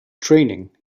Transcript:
training